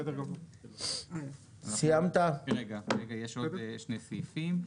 יש עוד שני סעיפים.